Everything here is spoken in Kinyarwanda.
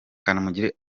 kanamugire